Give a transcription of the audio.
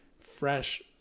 fresh